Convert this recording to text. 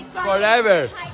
Forever